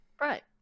Right